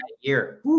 year